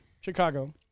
Chicago